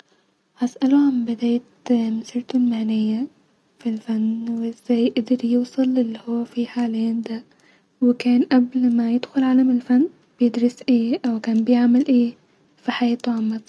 هسألو عن بدايه -مسيرتو المهنيه في الفن-و ازاي قدر يوصل للي هو فيه حاليا دا-وكان قبل ما يدخل عالم الفن كان بيدرس ايه او كان بيعمل ايه- في حياتو عمتا